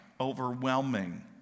overwhelming